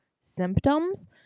symptoms